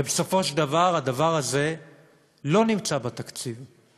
ובסופו של דבר, הדבר הזה לא נמצא בתקציב.